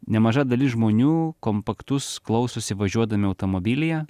nemaža dalis žmonių kompaktus klausosi važiuodami automobilyje